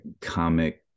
comic